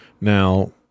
Now